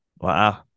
Wow